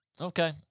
Okay